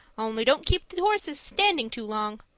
only don't keep the horses standing too long